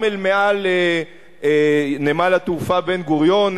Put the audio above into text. גם אל מעל נמל התעופה בן-גוריון,